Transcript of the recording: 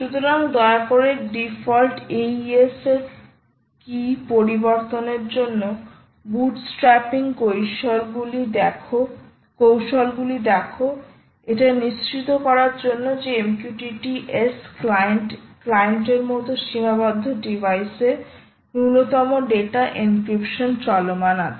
সুতরাং দয়া করে ডিফল্ট AES কী পরিবর্তনের জন্য বুটস্ট্র্যাপিং কৌশলগুলি দেখোএটা নিশ্চিত করার জন্য যে MQTT S ক্লায়েন্ট এর মতো সীমাবদ্ধ ডিভাইসে ন্যূনতম ডেটা এনক্রিপশন চলমান আছে